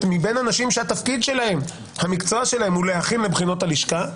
אפילו בין אנשים שהמקצוע שלהם הוא להכין לבחינות הלשכה.